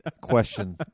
question